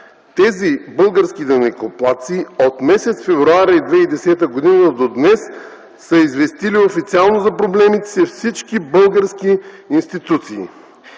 Тези български данъкоплатци, от м. февруари 2010 г. до днес, са известили официално за проблемите си всички български институции.